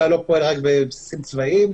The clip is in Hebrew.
צה"ל לא פועל רק בבסיסים צבאיים,